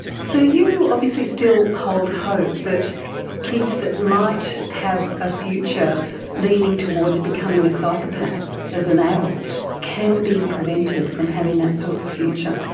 so you obviously still hold hope that kids that might have a future leaning towards becoming a psychopath as an adult can be prevented from having that sort of a future?